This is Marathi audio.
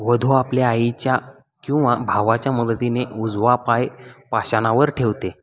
वधू आपल्या आईच्या किंवा भावाच्या मदतीने उजवा पाय पाषाणावर ठेवते